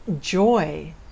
joy